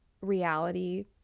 reality